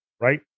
right